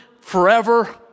forever